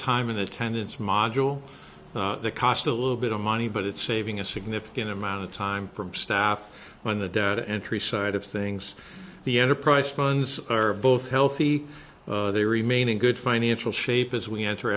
time in attendance module that cost a little bit of money but it's saving a significant amount of time from staff when the data entry side of things the enterprise funds are both healthy they remain in good financial shape as we enter